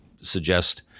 suggest